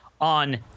on